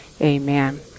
Amen